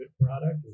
product